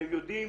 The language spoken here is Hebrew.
אתם יודעים,